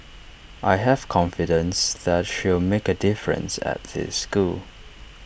I have confidence that she'll make A difference at the school